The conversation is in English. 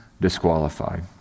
disqualified